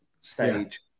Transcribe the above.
stage